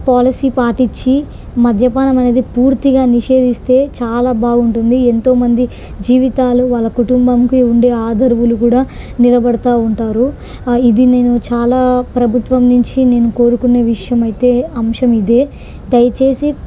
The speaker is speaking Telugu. పాలసీ పాటించి మద్యపానం అనేది పూర్తిగా నిషేధిస్తే చాలా బాగుంటుంది ఎంతోమంది జీవితాలు వాళ్ళ కుటుంబానికి ఉండే ఆధారాలు కూడా నిలబడతు ఉంటారు ఇది నేను చాలా ప్రభుత్వం నుంచి నేను కోరుకునే విషయం అయితే అంశం ఇదే దయచేసి